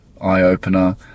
eye-opener